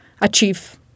achieve